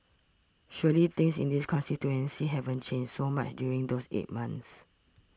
surely things in the constituency haven't changed so much during those eight months